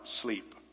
sleep